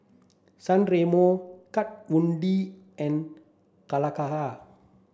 San Remo Kat Von D and Calacara